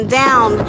down